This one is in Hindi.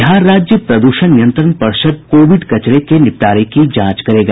बिहार राज्य प्रदूषण नियंत्रण पर्षद कोविड कचरे के निपटारे की जांच करेगा